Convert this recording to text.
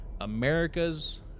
America's